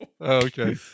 okay